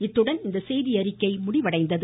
இத்துடன் இந்த செய்தியறிக்கை முடிவடைந்தது